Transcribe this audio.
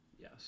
yes